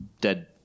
Dead